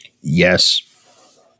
Yes